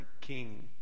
King